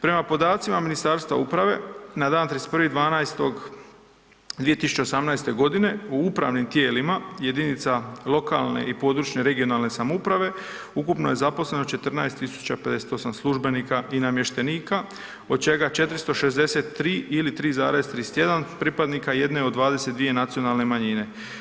Prema podacima Ministarstva uprave, na dan 31. 12. 2018. g., u upravnim tijelima jedinica lokalne i područne (regionalne) samouprave, ukupno je zaposleno 14 058 službenika i namještenika, od čega 463 ili 3,31 pripadnika jedne od 22 nacionalne manjine.